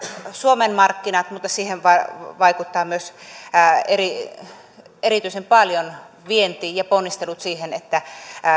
suomen markkinat mutta siihen vaikuttavat myös erityisen paljon vienti ja ponnistelut siihen että